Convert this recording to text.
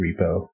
repo